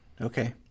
okay